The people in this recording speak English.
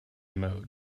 mode